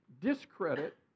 discredit